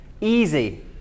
easy